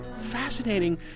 fascinating